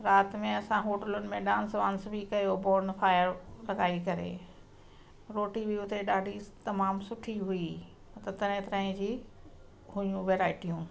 राति में असां होटलुनि में डांस वांस बि कयो बोन फायर लगाए करे रोटी बि उते ॾाढी तमामु सुठी हुई त तरह तरह जी हुइयूं वैरायटियूं